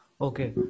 Okay